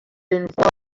rainfall